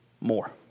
more